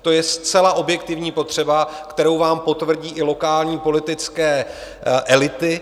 To je zcela objektivní potřeba, kterou vám potvrdí i lokální politické elity.